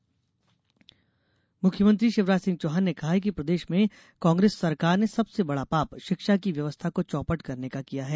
CM PC मुख्यमंत्री शिवराज सिंह चौहान ने कहा है कि प्रदेश में कांग्रेस सरकार ने सबसे बड़ा पाप शिक्षा की व्यवस्था को चौपट करने का किया है